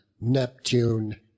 Neptune